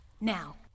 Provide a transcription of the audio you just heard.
Now